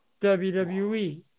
WWE